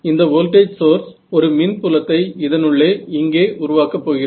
இந்த voltage source ஒரு மின் புலத்தை இதனுள்ளே இங்கே உருவாக்கப் போகிறது